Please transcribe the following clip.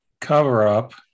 cover-up